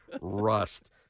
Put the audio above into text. rust